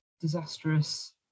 disastrous